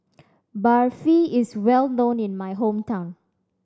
barfi is well known in my hometown